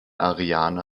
ariane